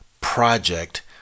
project